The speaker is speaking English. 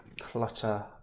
clutter